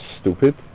stupid